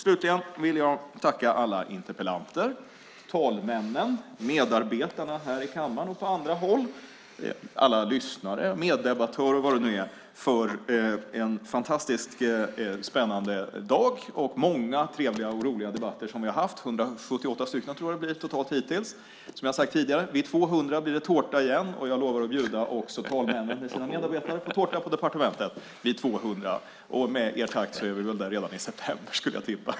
Slutligen vill jag tacka alla interpellanter, talmännen, medarbetarna här i kammaren och på andra håll, alla lyssnare, meddebattörer och vad det nu är för en fantastiskt spännande dag och många trevliga och roliga debatter som vi har haft. Jag tror att det blir 178 stycken hittills. Som jag har sagt tidigare: Vid 200 blir det tårta igen, och jag lovar att bjuda också talmännen med medarbetare på tårta på departementet vid 200. Med den här takten är vi väl där redan i september, skulle jag tippa!